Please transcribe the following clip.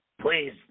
Please